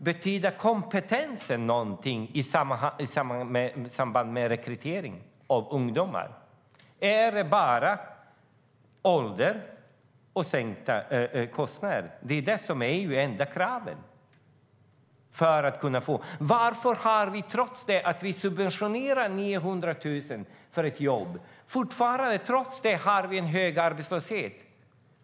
Betyder kompetensen någonting i samband med rekrytering av ungdomar, eller är det bara ålder och sänkta kostnader som har betydelse? Det är ju de enda kraven för att kunna få jobb. Varför har vi, trots att vi subventionerar ett jobb med 900 000, fortfarande hög arbetslöshet?